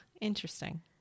Interesting